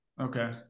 Okay